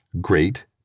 great